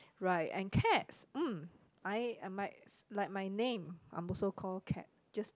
right and cats mm I am I like my name I'm also called Kat just